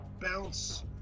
bounce